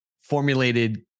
formulated